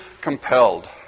compelled